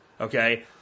okay